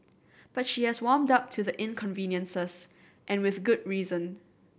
but she has warmed up to the inconveniences and with good reason